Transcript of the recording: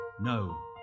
No